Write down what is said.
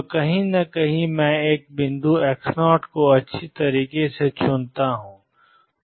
तो कहीं न कहीं मैं एक बिंदु x0 को अच्छी तरह से चुनता हूं